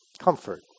comfort